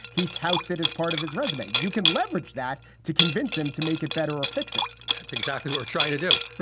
he touts it as part of his regimen. you can leverage that to convince him to make it better or fix it that's exactly what i'm trying to do.